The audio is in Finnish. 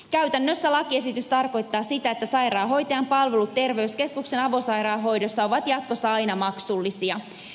käytännössä lakiesitys tarkoittaa sitä että sairaanhoitajan palvelut terveyskeskuksen avosairaanhoidossa ovat jatkossa aina maksullisia